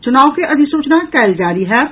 चुनाव के अधिसूचना काल्हि जारी होयत